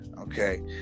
Okay